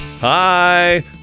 hi